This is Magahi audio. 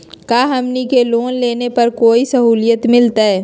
का हमनी के लोन लेने पर कोई साहुलियत मिलतइ?